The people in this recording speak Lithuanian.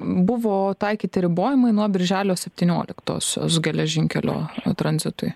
buvo taikyti ribojimai nuo birželio septynioliktosios geležinkelio tranzitui